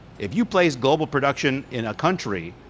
if you place global production in a country,